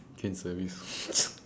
train service